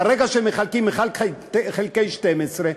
ברגע שמחלקים 1 חלקי 12,